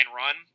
run